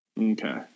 Okay